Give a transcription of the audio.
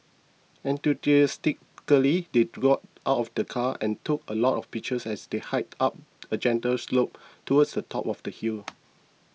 enthusiastically they got out of the car and took a lot of pictures as they hiked up a gentle slope towards the top of the hill